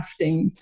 crafting